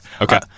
Okay